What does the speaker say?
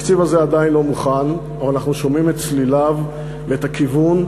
התקציב הזה עדיין לא מוכן אבל אנחנו שומעים את צליליו ואת הכיוון,